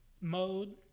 mode